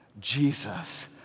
Jesus